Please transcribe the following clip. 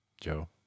Joe